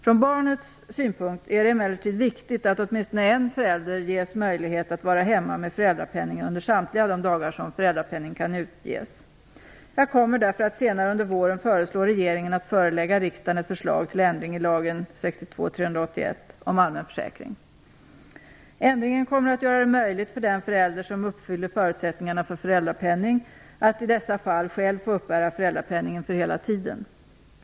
Från barnets synpunkt är det emellertid viktigt att åtminstone en förälder ges möjlighet att vara hemma med föräldrapenning under samtliga de dagar som föräldrapenning kan utges. Jag kommer därför att senare under våren föreslå regeringen att förelägga riksdagen ett förslag till ändring i lagen om allmän försäkring. Ändringen kommer att göra det möjligt för den förälder som uppfyller förutsättningarna för föräldrapenning att i dessa fall själv få uppbära föräldrapenningen för hela tiden.